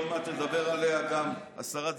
עוד מעט תדבר עליה גם השרה דיסטל,